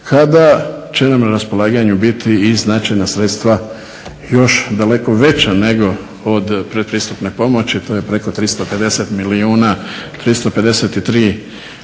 kada će nam na raspolaganju biti i značajna sredstva još daleko veća nego od pretpristupne pomoći, to je preko 350 milijuna, 353 milijuna.